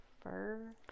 fur